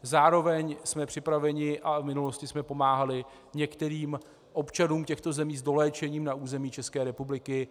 Zároveň jsme připraveni a v minulosti jsme pomáhali některým občanům těchto zemí s doléčením na území České republiky.